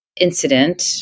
incident